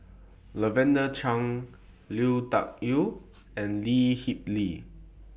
Lavender Chang Lui Tuck Yew and Lee Kip Lee